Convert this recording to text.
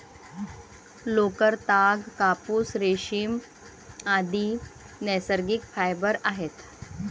लोकर, ताग, कापूस, रेशीम, आदि नैसर्गिक फायबर आहेत